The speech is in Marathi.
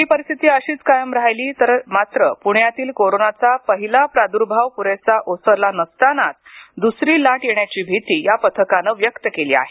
ही परिस्थिती अशीच कायम राहिली तर मात्र पुण्यातील कोरोनाचा पहिला प्रादुर्भाव पुरेसा ओसरला नसतानाच दुसरी लाट येण्याची भीती या पथकानं व्यक्त केली आहे